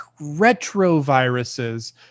retroviruses